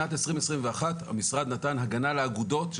בשנת 2021 המשרד נתן הגנה לאגודות,